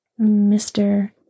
Mr